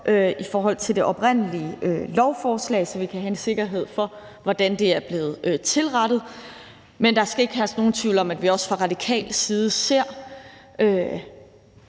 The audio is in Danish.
i forhold til det oprindelige lovforslag, så vi kan have en sikkerhed for, hvordan det er blevet tilrettet. Men der skal ikke herske nogen tvivl om, at vi også fra radikal side ser